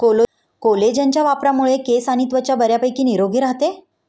कोलेजनच्या वापरामुळे केस आणि त्वचा बऱ्यापैकी निरोगी राहते